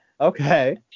okay